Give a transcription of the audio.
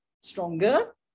stronger